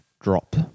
drop